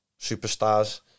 Superstars